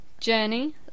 Journey